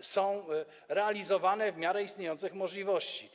są wykorzystywane w miarę istniejących możliwości.